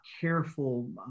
careful